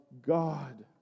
God